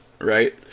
right